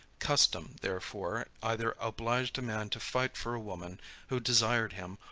custom, therefore, either obliged a man to fight for a woman who desired him,